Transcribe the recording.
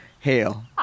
hail